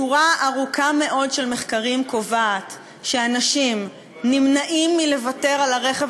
שורה ארוכה מאוד של מחקרים קובעים שאנשים נמנעים מלוותר על הרכב